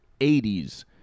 80s